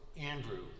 Andrew